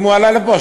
אם הוא עלה לפה,